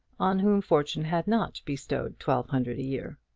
on whom fortune had not bestowed twelve hundred a year.